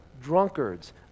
drunkards